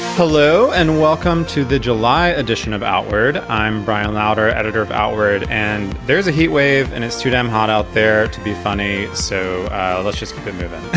hello and welcome to the july edition of outward i'm brian loutre, editor of outward. and there is a heat wave and it's too damn hot out there to be funny. so let's just keep and moving